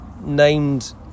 named